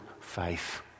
faith